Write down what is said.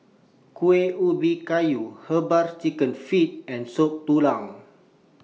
Kuih Ubi Kayu Herbal Chicken Feet and Soup Tulang